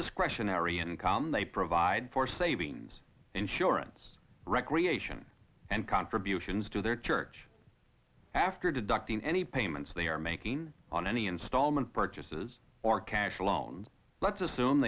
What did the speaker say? discretionary income they provide for savings insurance recreation and contributions to their church after deducting any payments they are making on any installment purchases or cash loans let's assume